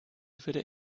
würde